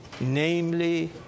namely